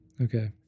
Okay